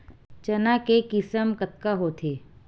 चना के किसम कतका होथे?